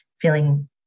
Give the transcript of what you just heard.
feeling